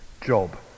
Job